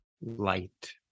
light